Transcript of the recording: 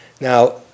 now